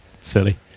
silly